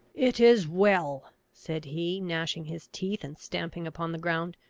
it is well! said he, gnashing his teeth, and stamping upon the ground.